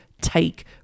take